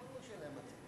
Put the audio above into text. אדוני היושב-ראש,